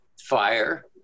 fire